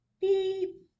beep